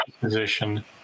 position